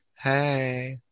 hey